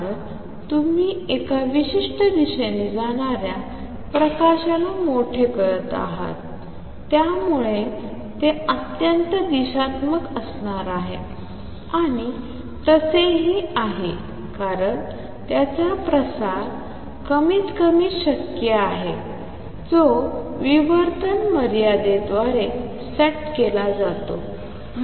कारण तुम्ही एका विशिष्ट दिशेने जाणाऱ्या प्रकाशाला मोठे करत आहात त्यामुळे ते अत्यंत दिशात्मक असणार आहे आणि तसेही आहे कारण त्याचा प्रसार कमीतकमी शक्य आहे जो विवर्तन मर्यादेद्वारे सेट केला जातो